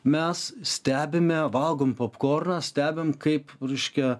mes stebime valgom popkornas stebim kaip reiškia